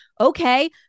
okay